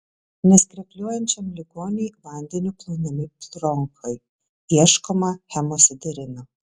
neskrepliuojančiam ligoniui vandeniu plaunami bronchai ieškoma hemosiderino